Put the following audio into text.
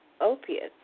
opiates